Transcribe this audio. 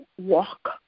walk